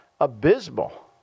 abysmal